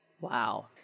Wow